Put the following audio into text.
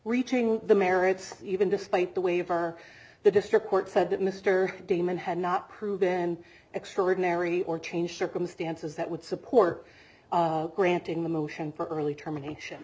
reaching the merits even despite the waiver the district court said that mr damon had not proved in extraordinary or changed circumstances that would support granting the motion for early termination